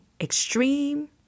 extreme